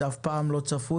שהוא אף פעם לא צפוי,